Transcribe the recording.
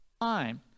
time